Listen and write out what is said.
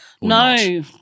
No